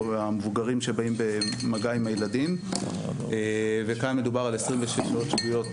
כל המבוגרים שבאים במגע עם הילדים וכאן מדובר על 26 שעות שבועיות,